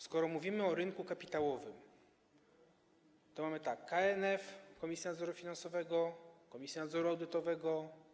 Skoro mówimy o rynku kapitałowym, to mamy: KNF - Komisję Nadzoru Finansowego, Komisję Nadzoru Audytowego.